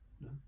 No